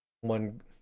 one